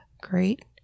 great